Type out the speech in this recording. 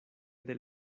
del